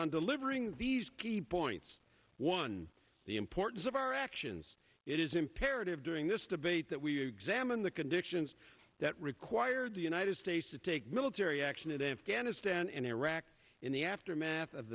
on delivering these key points one the importance of our actions it is imperative during this debate that we examine the conditions that require the united states to take military action in afghanistan and iraq in the aftermath of